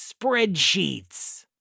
spreadsheets